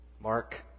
Mark